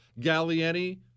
Gallieni